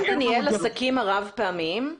אתה מתכוון לשקים הרב-פעמיים?